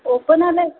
open आलं आहे